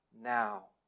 now